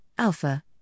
alpha